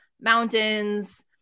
mountains